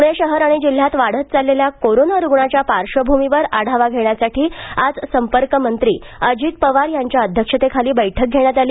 पुणे शहर आणि जिल्ह्यात वाढत चाललेल्या कोरोना रुग्णांच्या पार्श्वभूमीवर आढावा घेण्यासाठी आज संपर्कमंत्री अजित पवार यांच्या अध्यक्षतेखाली बैठक घेण्यात आली